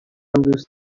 دوست